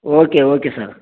okay okay sir